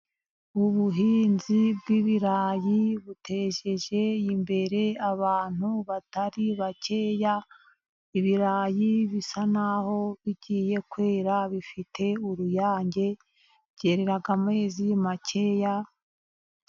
Ubuhinzi bw'ibirayi buteje imbere abantu batari bakeya. Ibirayi bisa n'aho bigiye kwera, bifite uruyange byerera amezi makeya.